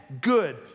Good